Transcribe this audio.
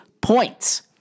points